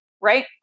Right